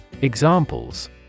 Examples